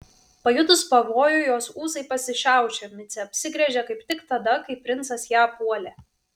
pajutus pavojų jos ūsai pasišiaušė micė apsigręžė kaip tik tada kai princas ją puolė